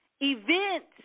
events